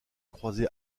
croisé